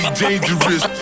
dangerous